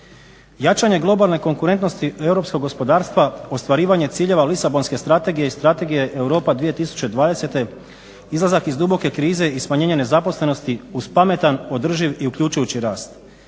jačanje globalne konkurentnosti europskog gospodarstva, ostvarivanje ciljeva Lisabonske strategije i Strategije Europa 2020., izlazak iz duboke krize i smanjenje nezaposlenosti uz pametan, održiv i uključujući rast.